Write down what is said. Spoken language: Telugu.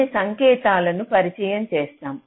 కొన్ని సంకేతాలను పరిచయం చేస్తాం